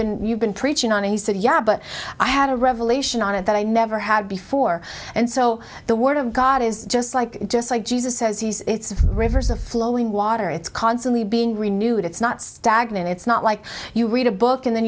been you've been preaching on and he said yeah but i had a revelation on it that i never had before and so the word of god is just like just like jesus says yes it's rivers of flowing water it's constantly being renewed it's not stagnant it's not like you read a book and then